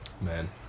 Man